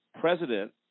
President